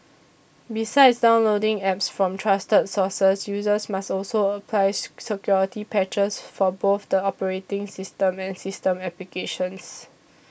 besides downloading Apps from trusted sources users must also apply security patches for both the operating system and system applications